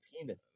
penis